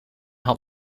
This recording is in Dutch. had